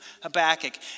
Habakkuk